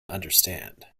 understand